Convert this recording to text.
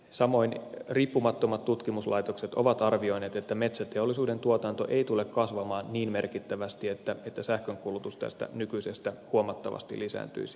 samoin riippumattomat tutkimuslaitokset ovat arvioineet että metsäteollisuuden tuotanto ei tule kasvamaan niin merkittävästi että sähkönkulutus tästä nykyisestä huomattavasti lisääntyisi